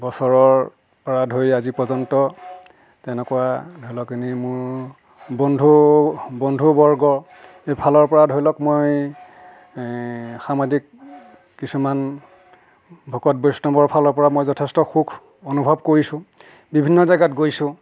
বছৰৰ পৰা ধৰি আজি পৰ্যন্ত তেনেকুৱা ধৰি লওক এনেই মোৰ বন্ধু বন্ধু বৰ্গ ইফালৰ পৰা ধৰি লওক মই সামাজিক কিছুমান ভকত বৈষ্ণৱৰ ফালৰ পৰা মই যথেষ্ট সুখ অনুভৱ কৰিছোঁ বিভিন্ন জাগাত গৈছোঁ